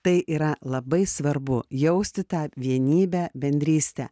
tai yra labai svarbu jausti tą vienybę bendrystę